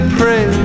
pray